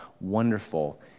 wonderful